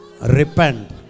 Repent